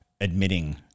admitting